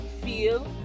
feel